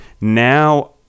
now